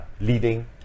leading